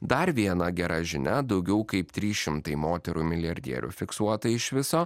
dar viena gera žinia daugiau kaip trys šimtai moterų milijardierių fiksuota iš viso